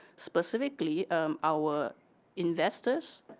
specifically our investors,